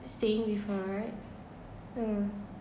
staying with her right uh